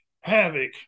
havoc